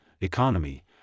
economy